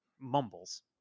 mumbles